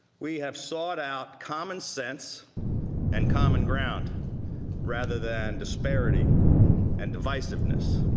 we have sought out common sense and common ground rather than disparity and divisiveness.